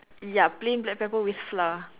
ya plain black pepper with flour